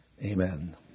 Amen